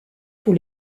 pour